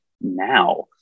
now